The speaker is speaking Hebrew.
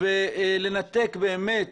ולנתק באמת